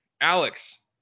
Alex